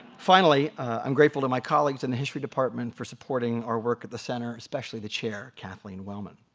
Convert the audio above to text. finally i'm grateful to my colleagues in the history department for supporting our work at the center, especially the chair, kathleen wellman.